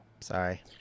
Sorry